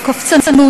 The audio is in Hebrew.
קופצנות,